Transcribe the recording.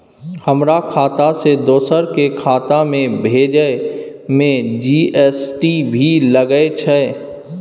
हमर खाता से दोसर के खाता में भेजै में जी.एस.टी भी लगैछे?